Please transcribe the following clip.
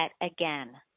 again